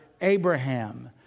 Abraham